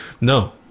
No